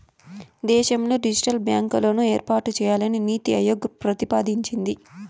దేశంలో డిజిటల్ బ్యాంకులను ఏర్పాటు చేయాలని నీతి ఆయోగ్ ప్రతిపాదించింది